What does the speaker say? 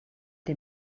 dem